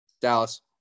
Dallas